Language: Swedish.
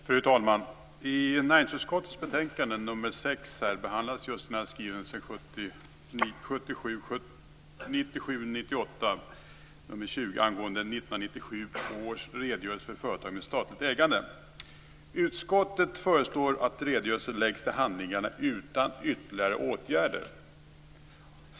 Fru talman! I näringsutskottets betänkande, NU6, behandlas skrivelsen nr 1997/98:20, angående 1997 Utskottet föreslår att redogörelsen läggs till handlingarna utan ytterligare åtgärder.